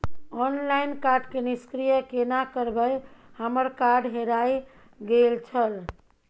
Online card के निष्क्रिय केना करबै हमर कार्ड हेराय गेल छल?